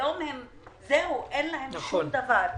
היום, זהו, אין להם שום דבר.